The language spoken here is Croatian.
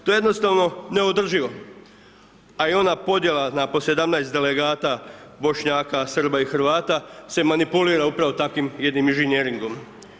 To je jednostavno neodrživo, a i ona podjela na po 17 delegata Bošnjaka, Srba i Hrvata se manipulira upravo takvim jednim inženjeringom.